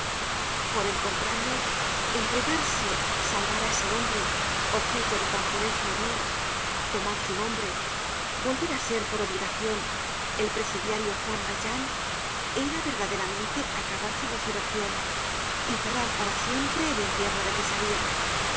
por el contrario entregarse salvar á ese hombre objeto de tan funesto error tomar su nombre volver á ser por obligacion el presidiario juan val jean era verdaderamente acabar su resurrecion y cerrar para siempre el infierno de que salia